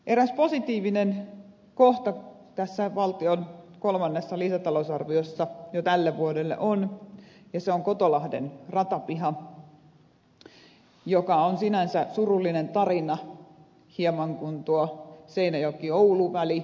eräs positiivinen kohta tässä valtion kolmannessa lisätalousarviossa jo tälle vuodelle on ja se on kotolahden ratapiha joka on sinänsä surullinen tarina hieman kuin tuo seinäjokioulu väli